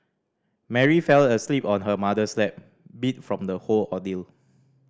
Mary fell asleep on her mother's lap beat from the whole ordeal